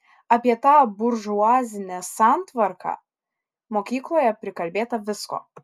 apie tą buržuazinę santvarką mokykloje prikalbėta visko